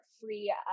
free